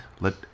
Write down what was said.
let